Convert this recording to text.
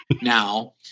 now